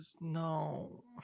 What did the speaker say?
No